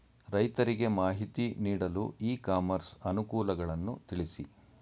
ರೈತರಿಗೆ ಮಾಹಿತಿ ನೀಡಲು ಇ ಕಾಮರ್ಸ್ ಅನುಕೂಲಗಳನ್ನು ತಿಳಿಸಿ?